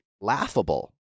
laughable